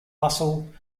bustle